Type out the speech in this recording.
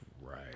right